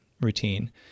routine